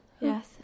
Yes